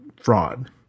fraud